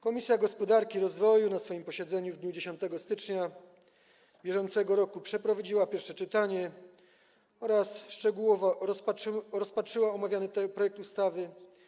Komisja Gospodarki i Rozwoju na swoim posiedzeniu w dniu 10 stycznia br. przeprowadziła pierwsze czytanie oraz szczegółowo rozpatrzyła omawiany projekt ustawy.